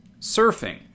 surfing